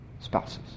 spouses